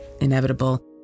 inevitable